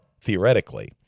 theoretically